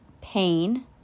pain